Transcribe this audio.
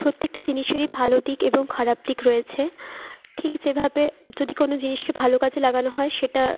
প্রত্যেকটা জিনিসেরই ভালো দিক এবং খারাপ দিক রয়েছে ঠিক যেভাবে যদি কোনো জিনিসকে ভালো কাজে লাগানো হয় সেটা